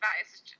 advice